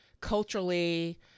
Culturally